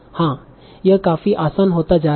हां यह काफी आसान होता जा रहा है